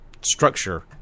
structure